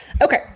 Okay